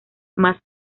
más